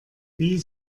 wie